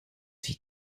sich